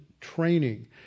training